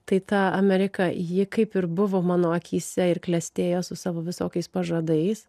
tai ta amerika ji kaip ir buvo mano akyse ir klestėjo su savo visokiais pažadais